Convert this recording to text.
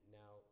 now